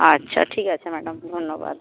আচ্ছা ঠিক আছে ম্যাডাম ধন্যবাদ